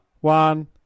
One